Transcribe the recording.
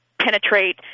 Penetrate